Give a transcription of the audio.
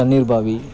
Tannirbhavi